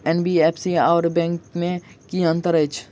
NBFC आओर bank मे की अंतर अछि?